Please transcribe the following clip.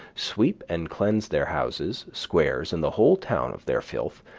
sweep and cleanse their houses, squares, and the whole town of their filth,